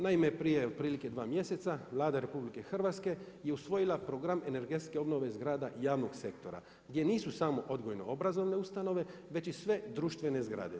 Naime, prije otprilike dva mjeseca Vlada RH je usvojila Program energetske obnove zgrada javnog sektora gdje nisu samo odgojno-obrazovne ustanove već i sve društvene zgrade.